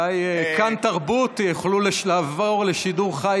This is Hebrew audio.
אולי כאן תרבות יוכלו לעבור לשידור חי